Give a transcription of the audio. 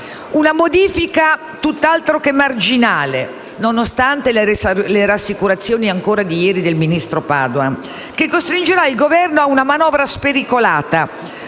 Una modifica tutt'altro che marginale, nonostante le rassicurazioni di ieri del ministro Padoan, che costringerà il Governo ad una manovra spericolata,